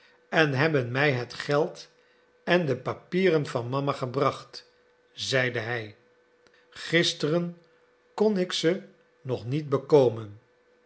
en hebben mij het geld en de papieren van mama gebracht zeide hij gisteren kon ik ze nog niet bekomen